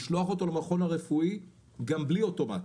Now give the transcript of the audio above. לשלוח אותו למכון הרפואי גם בלי אוטומט.